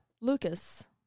Lucas